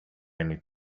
need